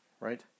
right